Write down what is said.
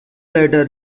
later